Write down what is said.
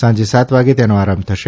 સાંજે સાત વાગે તેનો આરંભ થશે